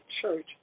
church